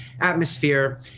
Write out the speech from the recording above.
atmosphere